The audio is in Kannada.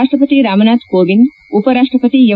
ರಾಷ್ಷಪತಿ ರಾಮನಾಥ್ ಕೋವಿಂದ್ ಉಪರಾಷ್ಷಪತಿ ಎಂ